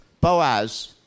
Boaz